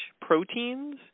proteins